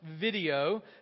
video